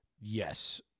Yes